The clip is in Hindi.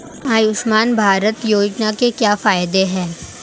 आयुष्मान भारत योजना के क्या फायदे हैं?